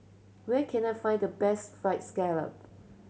where can I find the best Fried Scallop